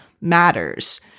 Matters